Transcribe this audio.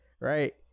right